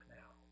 now